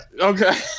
Okay